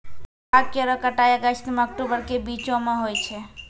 भांग केरो कटाई अगस्त सें अक्टूबर के बीचो म होय छै